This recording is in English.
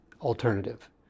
alternative